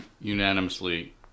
unanimously